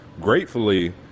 gratefully